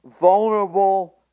vulnerable